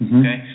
okay